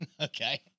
Okay